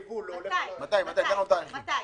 מתי?